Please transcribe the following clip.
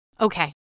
Okay